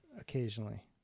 occasionally